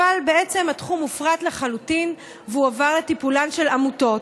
אבל בעצם התחום הופרט לחלוטין והועבר לטיפולן של עמותות,